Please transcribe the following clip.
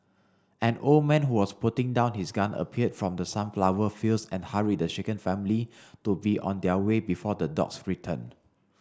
an old man who was putting down his gun appeared from the sunflower fields and hurried the shaken family to be on their way before the dogs return